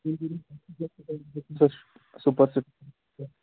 کُس چھُ سُپر